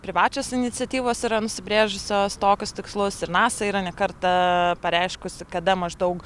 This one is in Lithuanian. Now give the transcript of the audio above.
privačios iniciatyvos yra nusibrėžusios tokius tikslus ir nasa yra ne kartą pareiškusi kada maždaug